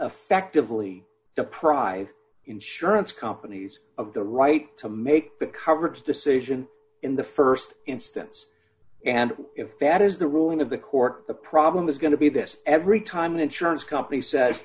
effectively deprive insurance companies of the right to make the coverage decision in the st instance and if that is the ruling of the court the problem is going to be this every time the insurance company sa